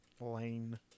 Lane